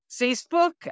facebook